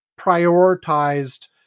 prioritized